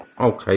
Okay